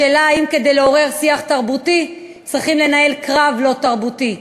השאלה: האם כדי לעורר שיח תרבותי צריכים לנהל קרב לא תרבותי?